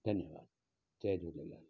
धन्यवादु जय झूलेलाल